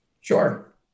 Sure